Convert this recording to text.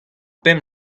pemp